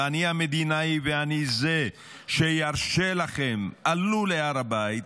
אני המדינאי ואני זה שירשה לכם: עלו להר הבית,